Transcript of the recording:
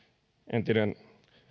entinen